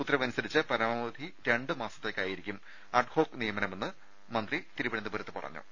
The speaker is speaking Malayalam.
ഉത്തരവനുസരിച്ച് പരമാവധി രണ്ട് മാസത്തേക്കായിരിക്കും അഡ്ഹോക്ക് നിയമനമെന്ന് അവർ തിരുവന്തപുരത്ത് പറഞ്ഞു